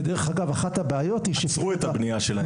ודרך אגב אחת הבעיות -- עצרו את הבנייה שלהם,